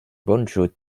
banjo